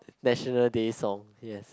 National Day song yes